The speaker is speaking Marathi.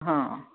हां